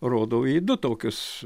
rodau į du tokius